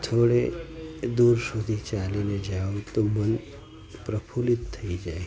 થોડે દૂર સુધી ચાલીને જાવ તો મન પ્રફુલ્લિત થઈ જાય